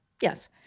yes